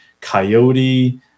coyote